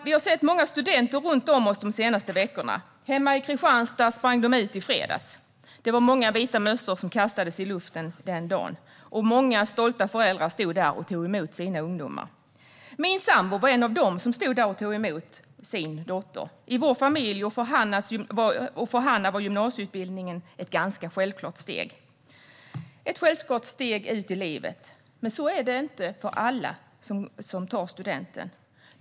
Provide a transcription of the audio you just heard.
Vi har sett många studenter runt om oss de senaste veckorna. Hemma i Kristianstad sprang de ut i fredags. Det var många vita mössor som kastades i luften den dagen. Många stolta föräldrar stod där och tog emot sina ungdomar. Min sambo var en av dem som stod där och tog emot sin dotter. För vår familj och för Hanna var gymnasieutbildningen ett ganska självklart steg ut i livet. Men så är det inte för alla som tar studenten.